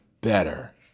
better